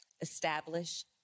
establish